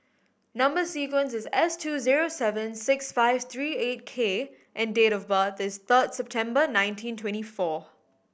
number sequence is S two zero seven six five three eight K and date of birth is third September nineteen twenty four